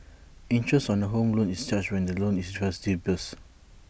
interest on A home loan is charged when the loan is disbursed